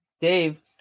Dave